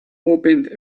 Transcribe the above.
opened